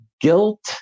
guilt